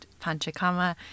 Panchakama